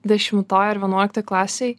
dešimtoj ar vienuoliktoj klasėj